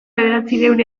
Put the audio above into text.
bederatziehun